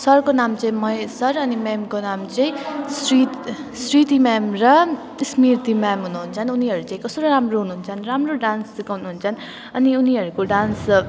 सरको नाम चाहिँ महेश सर अनि म्यामको नाम चाहिँ श्रित् श्रीति म्याम र स्मृति म्याम हुनुहुन्छ उनीहरू चाहिँ कस्तो राम्रो हुनुहुन्छ राम्रो डान्स सिकाउनुहुन्छ अनि उनीहरूको डान्स